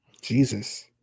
Jesus